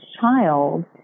child